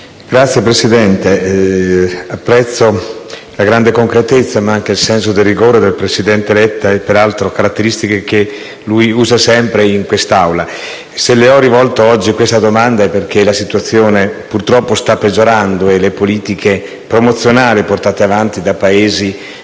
Signor Presidente, apprezzo la grande concretezza, ma anche il senso del rigore del presidente Letta, peraltro caratteristiche che lo contraddistinguono sempre quando interviene in quest'Aula. Se le ho rivolto oggi questa domanda è perché la situazione purtroppo sta peggiorando e le politiche promozionali portate avanti da Paesi